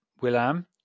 Willem